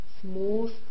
smooth